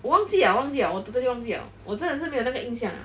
我忘记 liao 我忘记 liao 我 totally 忘记 liao 我真的是没有那个印象 liao